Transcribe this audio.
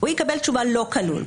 הוא יקבל תשובה לא כלול,